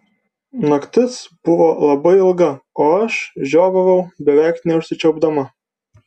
naktis buvo labai ilga o aš žiovavau beveik neužsičiaupdama